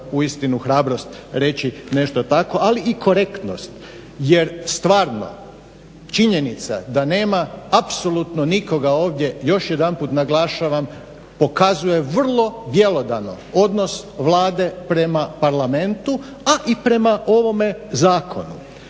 uistinu hrabrost reći nešto tako, ali i korektnost. Jer stvarno činjenica da nema apsolutno nikoga ovdje još jedanput naglašava pokazuje vrlo bjelodano odnos Vlade prema Parlamentu, a i prema ovome zakonu.